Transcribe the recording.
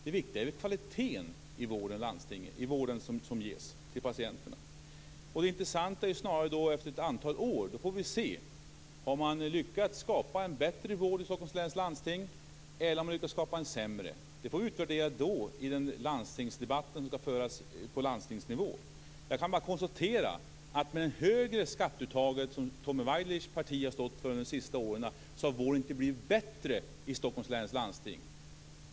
Det viktiga är ju kvaliteten i den vård som ges till patienterna. Det intressanta är att vi får se efter ett antal år om man har lyckats skapa en bättre eller sämre vård i Stockholms läns landsting. Det får vi utvärdera då i den debatt som skall föras på landstingsnivå. Jag kan bara konstatera att vården inte har blivit bättre i Stockholms läns landsting med ett högre skatteuttag, som Tommy Waidelichs parti har stått för under de senaste åren.